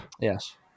Yes